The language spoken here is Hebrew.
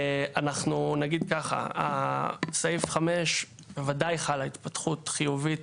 אנחנו נגיד ככה: סעיף 5 בוודאי חלה התפתחות חיובית